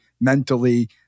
mentally